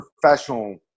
professional